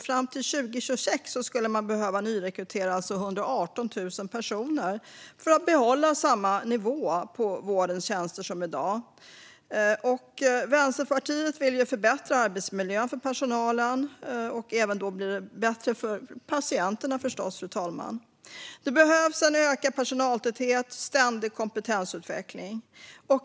Fram till 2026 skulle man behöva nyrekrytera 118 000 personer för att behålla samma nivå på vårdens tjänster som i dag. Vänsterpartiet vill förbättra arbetsmiljön för personalen. Det blir då förstås även bättre för patienterna, fru talman. Det behövs en ökad personaltäthet och ständig kompetensutveckling.